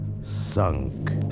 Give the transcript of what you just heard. Sunk